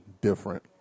Different